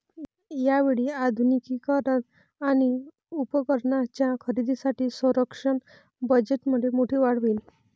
यावेळी आधुनिकीकरण आणि उपकरणांच्या खरेदीसाठी संरक्षण बजेटमध्ये मोठी वाढ होईल